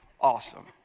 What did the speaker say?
Awesome